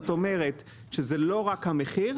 זאת אומרת שזה לא רק המחיר,